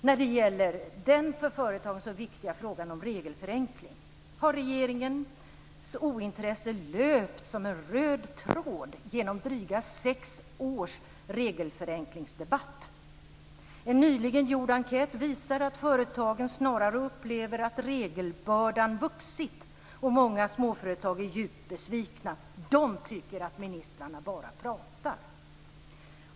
När det gäller den för företagen så viktiga frågan om regelförenkling har regeringens ointresse löpt som en röd tråd genom drygt sex års regelförenklingsdebatt. En nyligen gjord enkät visar att företagen snarare upplever att regelbördan vuxit, och många småföretag är djupt besvikna. De tycker att ministrarna bara pratar.